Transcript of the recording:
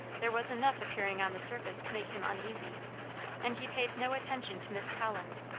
there was enough appearing on the surface to make him uneasy and he paid no attention to miss collins,